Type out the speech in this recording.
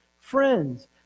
friends